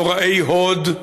נוראי הוד,